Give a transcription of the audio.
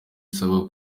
usabwa